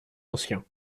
anciens